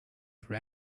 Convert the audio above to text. for